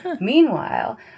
Meanwhile